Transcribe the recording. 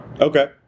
Okay